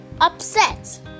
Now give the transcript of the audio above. upset